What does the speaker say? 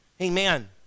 Amen